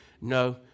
No